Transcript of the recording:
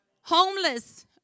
homeless